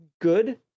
good